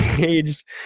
aged